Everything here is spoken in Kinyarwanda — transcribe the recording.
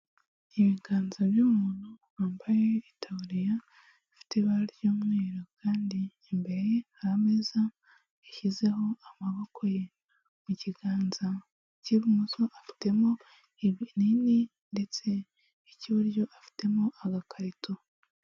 Ibiganza by'umuntu wambaye itaburiya ifite ibara ry'umweru kandi imbere ye hari ameza yashyizeho amaboko ye mu kiganza cy'ibumoso, afitemo ibininini ndetse ny'iburyo afitemo agakarito.